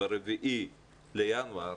ב-4 בינואר,